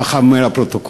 ככה אומר הפרוטוקול.